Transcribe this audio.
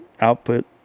output